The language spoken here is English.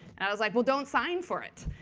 and i was like, well, don't sign for it.